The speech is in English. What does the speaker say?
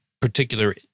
particular